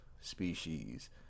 species